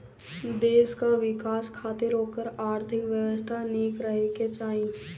देस कअ विकास खातिर ओकर आर्थिक व्यवस्था निक रहे के चाही